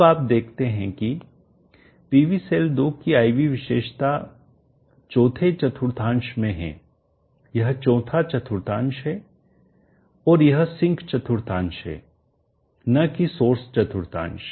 अब आप देखते हैं कि PV सेल 2 की I V विशेषता 4th चतुर्थांश में है यह 4th चतुर्थांश है और यह एक सिंक चतुर्थांश है न कि सोर्स चतुर्थांश